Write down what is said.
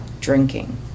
drinking